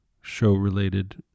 show-related